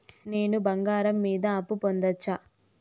నేను బంగారం మీద అప్పు పొందొచ్చా?